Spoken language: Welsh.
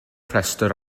rhestr